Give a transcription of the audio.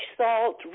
salt